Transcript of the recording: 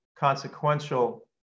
consequential